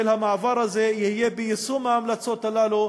שהמעבר הזה יהיה ביישום ההמלצות הללו,